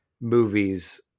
movies